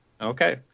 Okay